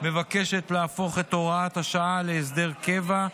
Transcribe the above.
מבקשת להפוך את הוראת השעה להסדר קבע.